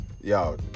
yo